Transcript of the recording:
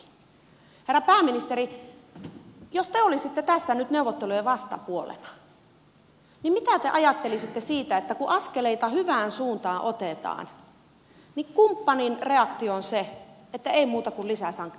herra pääministeri jos te olisitte tässä nyt neuvottelujen vastapuolena mitä te ajattelisitte siitä että kun askeleita hyvään suuntaan otetaan niin kumppanin reaktio on se että ei muuta kuin lisäsanktiot voimaan